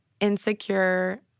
insecure